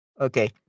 okay